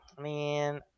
Man